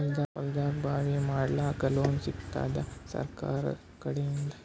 ಹೊಲದಾಗಬಾವಿ ಮಾಡಲಾಕ ಲೋನ್ ಸಿಗತ್ತಾದ ಸರ್ಕಾರಕಡಿಂದ?